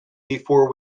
before